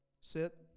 Sit